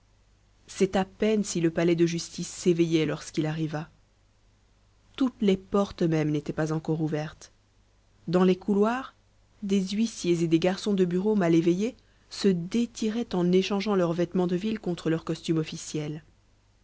c'est à peine si le palais de justice s'éveillait lorsqu'il y arriva toutes les portes même n'étaient pas encore ouvertes dans les couloirs des huissiers et des garçons de bureaux mal éveillés se détiraient en échangeant leurs vêtements de ville contre leur costume officiel